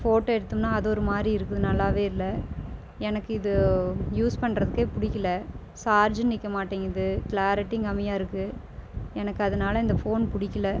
photo எடுத்தோம்ன்னா அது ஒரு மாதிரி இருக்குது நல்லாவே இல்லை எனக்கு இது யூஸ் பண்ணுறதுக்கே பிடிக்கில சார்ஜும் நிற்க மாட்டேங்கிது கிளாரிட்டியும் கம்மியாக இருக்கு எனக்கு அதனால இந்த ஃபோன் பிடிக்கில